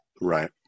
Right